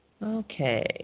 Okay